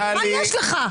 מה יש לך?